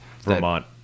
Vermont